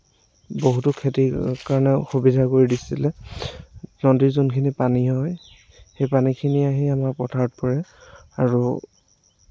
বহুতো খেতিৰ কাৰণে সুবিধা কৰি দিছিলে নদীৰ যোনখিনি পানী হয় সেই পানীখিনি আহি আমাৰ পথাৰত পৰে আৰু